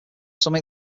some